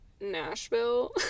Nashville